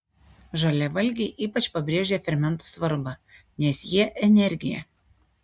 žaliavalgiai ypač pabrėžia fermentų svarbą nes jie energija